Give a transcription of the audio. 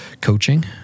coaching